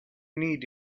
need